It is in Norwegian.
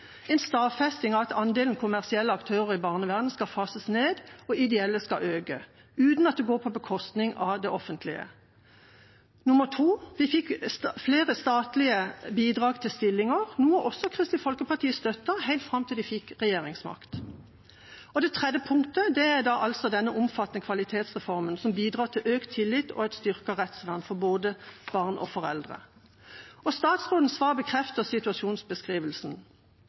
en stadfesting av at andelen kommersielle aktører i barnevernet skal fases ned og ideelle øke, uten at det går på bekostning av det offentlige. Punkt 2: Vi fikk flere statlige bidrag til stillinger, noe også Kristelig Folkeparti støttet helt fram til de fikk regjeringsmakt. Det tredje punktet er denne omfattende kvalitetsreformen, som bidrar til økt tillit og et styrket rettsvern for både barn og foreldre. Statsrådens svar bekrefter situasjonsbeskrivelsen.